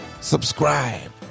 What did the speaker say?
subscribe